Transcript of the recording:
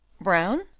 Brown